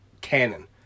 canon